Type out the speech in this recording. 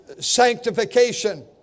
sanctification